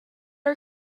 are